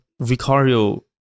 Vicario